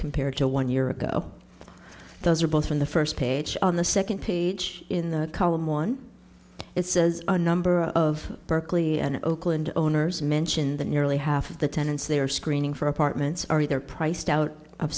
compared to one year ago those are both from the first page on the second page in the column one it says a number of berkeley and oakland owners mentioned that nearly half of the tenants they are screening for apartments are either priced out of